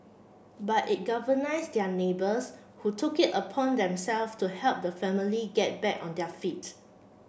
but it galvanised their neighbours who took it upon themself to help the family get back on their feet's